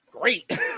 great